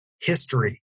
history